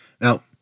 Now